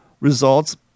results